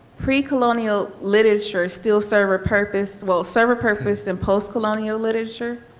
pre-colonial literature still serve a purpose will serve a purpose in post colonial literature?